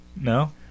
No